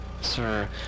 Sir